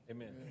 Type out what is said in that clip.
Amen